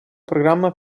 programma